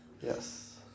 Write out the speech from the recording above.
Yes